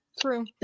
true